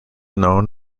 known